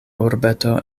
urbeto